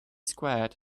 squared